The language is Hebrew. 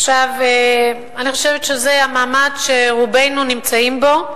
עכשיו, אני חושבת שזה המעמד שרובנו נמצאים בו,